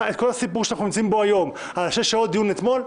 הסיפור שאנחנו נמצאים בו היום על שש שעות דיון אתמול,